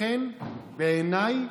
בעיניי